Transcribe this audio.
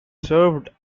served